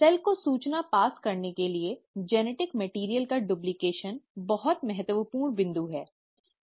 cell को सूचना पास करने के लिए जेनेटिक मैटिअर्इअल का डूप्लकेशन बहुत महत्वपूर्ण बिंदु है